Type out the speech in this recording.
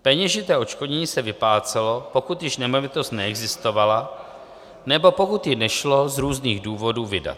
Peněžité odškodnění se vyplácelo, pokud již nemovitost neexistovala nebo pokud ji nešlo z různých důvodů vydat.